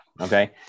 Okay